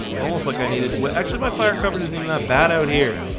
almost like i needed. well, actually my fire cover does even that bad out here,